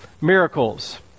miracles